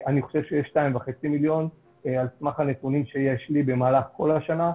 אני חושב שיש 2.5 מיליון על סמך הנתונים שיש לי במהלך כל השנה.